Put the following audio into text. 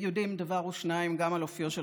יודעים דבר או שניים גם על אופיו של